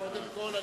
קודם כול,